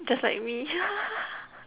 just like me